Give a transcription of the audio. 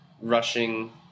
rushing